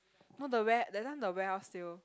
no the ware that time the warehouse sale